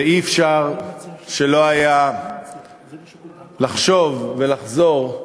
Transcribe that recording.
ולא היה אפשר שלא לחשוב ולחזור,